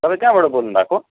तपाईँ कहाँबाट बोल्नु भएको